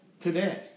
today